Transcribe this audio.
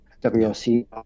WOC